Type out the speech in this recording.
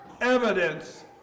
evidence